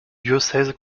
diocèse